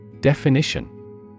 Definition